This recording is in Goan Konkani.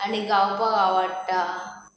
आनी गावपाक आवडटा